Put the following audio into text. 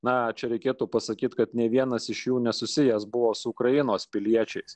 na čia reikėtų pasakyti kad nė vienas iš jų nesusijęs buvo su ukrainos piliečiais